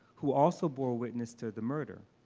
who also bore witness to the murder.